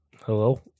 Hello